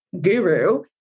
guru